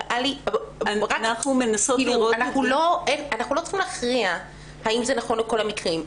אנחנו לא צריכים להכריע האם זה נכון לכל המקרים.